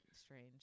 Strange